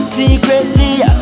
Secretly